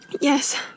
Yes